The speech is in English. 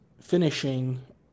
finishing